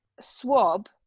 swab